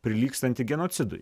prilygstanti genocidui